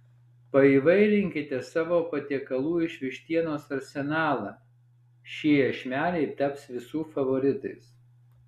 paįvairinkite savo patiekalų iš vištienos arsenalą šie iešmeliai taps visų favoritais